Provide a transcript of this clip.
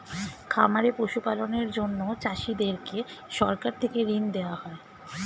খামারে পশু পালনের জন্য চাষীদেরকে সরকার থেকে ঋণ দেওয়া হয়